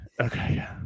Okay